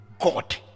God